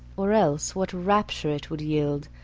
or else what rapture it would yield,